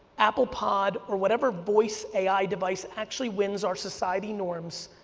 apple pod, or whatever voice ai device actually wins our society norms,